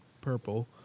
purple